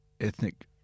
ethnic